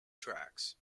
tracks